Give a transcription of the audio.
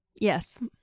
Yes